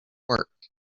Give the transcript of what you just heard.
work